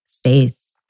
space